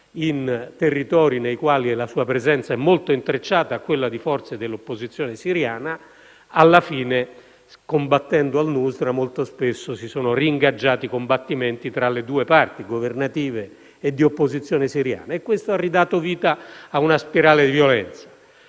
in territori nei quali la sua presenza è molto intrecciata a quella di forze dell'opposizione siriana, alla fine, combattendo al-Nusra, molto spesso si sono ingaggiati di nuovo combattimenti tra le due parti, governative e di opposizione siriana. E questo ha ridato vita a una spirale di violenza.